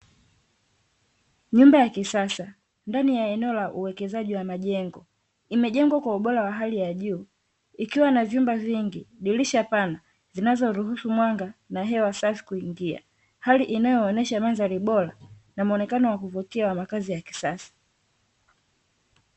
Nyumba ya kisasa, ndani ya eneo la uwekezaji wa majengo, imejengwa kwa ubora wa hali ya juu ikiwa na vyumba vingi, dirisha pana, zinazoruhusu mwanga na hewa safi kuingia, hali inayowaonyesha mandhari bora, na muonekano wa kuvutia makazi ya kisasa.